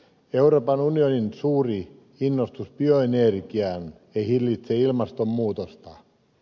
euroopan unionin suuri innostus bioenergiaan ei hillitse ilmastonmuutosta